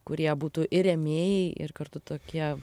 kurie būtų ir rėmėjai ir kartu tokie